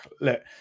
Look